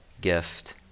gift